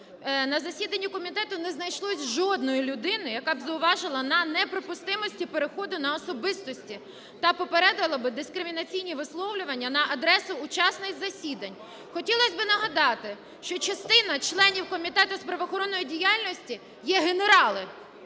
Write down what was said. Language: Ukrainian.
на засіданні комітету не знайшлося жодної людини, яка б зауважила на неприпустимості переходу на особистості та попередила би дискримінаційні висловлювання на адресу учасниць засідань. Хотілося б нагадати, що частина членів Комітету з правоохоронної діяльності є генерали,